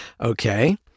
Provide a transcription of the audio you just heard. Okay